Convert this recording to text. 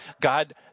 God